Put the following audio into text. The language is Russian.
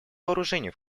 вооружений